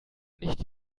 nicht